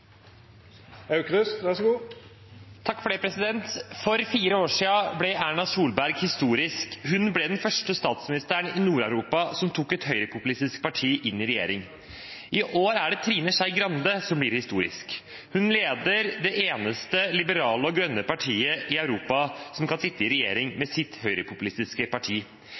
For fire år siden ble Erna Solberg historisk. Hun ble den første statsministeren i Nord-Europa som tok et høyrepopulistisk parti inn i regjering. I år er det Trine Skei Grande som blir historisk. Hun leder det eneste liberale og grønne partiet i Europa som kan sitte i regjering med et høyrepopulistisk parti.